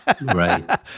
Right